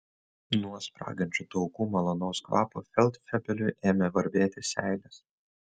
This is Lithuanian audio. nuo spragančių taukų malonaus kvapo feldfebeliui ėmė varvėti seilės